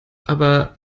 aber